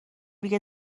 دیگه